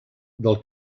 del